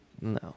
No